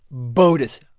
botus,